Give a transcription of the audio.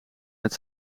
met